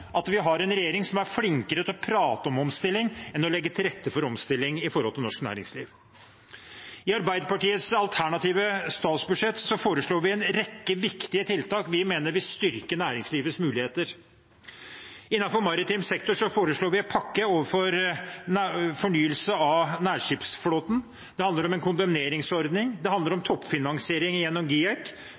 at vi har en regjering som er flinkere til å prate om omstilling enn å legge til rette for omstilling i norsk næringsliv. I Arbeiderpartiets alternative statsbudsjett foreslår vi en rekke viktige tiltak vi mener vil styrke næringslivets muligheter. Innenfor maritim sektor foreslår vi en pakke for fornyelse av nærskipsflåten. Det handler om en kondemneringsordning, det handler om toppfinansiering gjennom GIEK,